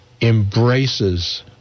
embraces